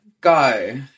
go